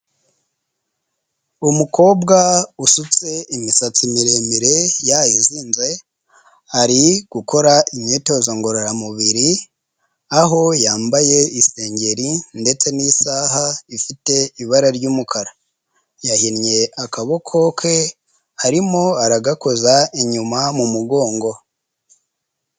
Umukobwa usutse imisatsi miremire yayizinze, ari gukora imyitozo ngororamubiri, aho yambaye isengeri ndetse n'isaha ifite ibara ry'umukara, yahinnye akaboko ke arimo aragakoza inyuma mu mugongo.